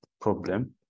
problem